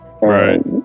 Right